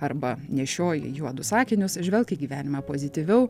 arba nešioji juodus akinius žvelk į gyvenimą pozityviau